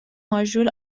ماژول